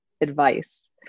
advice